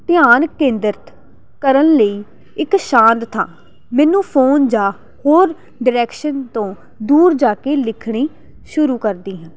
ਧਿਆਨ ਕੇਂਦਰਿਤ ਕਰਨ ਲਈ ਇੱਕ ਸ਼ਾਂਤ ਥਾਂ ਮੈਨੂੰ ਫੋਨ ਜਾਂ ਹੋਰ ਡਾਇਰੈਕਸ਼ਨ ਤੋਂ ਦੂਰ ਜਾ ਕੇ ਲਿਖਣੀ ਸ਼ੁਰੂ ਕਰਦੀ ਹਾਂ